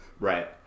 right